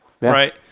right